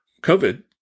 covid